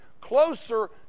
closer